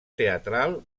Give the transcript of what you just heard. teatral